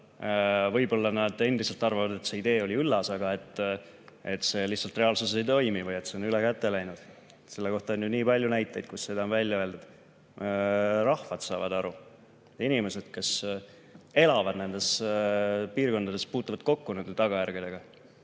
Võib-olla nad endiselt arvavad, et see idee oli üllas, aga lihtsalt reaalsuses ei toimi või et see on ülekäte läinud. On nii palju näiteid selle kohta, kui seda on välja öeldud. Rahvad saavad aru, inimesed, kes elavad nendes piirkondades ja puutuvad kokku nende tagajärgedega,